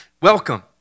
Welcome